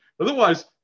Otherwise